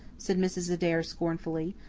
said mrs. adair scornfully,